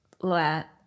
let